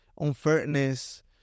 unfairness